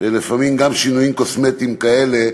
לפעמים גם שינויים קוסמטיים כאלה,